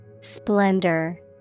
Splendor